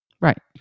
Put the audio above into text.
Right